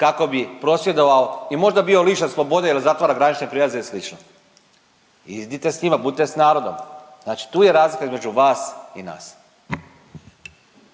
kako bi prosvjedovao i možda bio lišen slobode jer zatvara granične prijelaze i slično. Idite s njima, budite sa narodom! Znači tu je razlika između vas i nas.